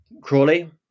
Crawley